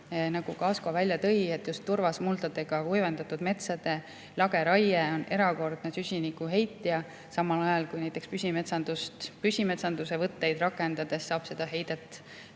nagu ka Asko välja tõi, et turvasmuldade, kuivendatud metsade lageraie on erakordne süsinikuheitja, samal ajal kui näiteks püsimetsanduse võtteid rakendades saab seda heidet